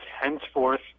henceforth